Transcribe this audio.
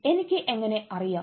എനിക്ക് എങ്ങനെ അറിയാം